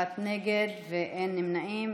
אחד נגד, אין נמנעים.